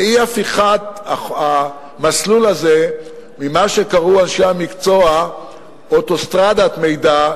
ואי-הפיכת המסלול הזה ממה שקראו אנשי המקצוע "אוטוסטרדת מידע",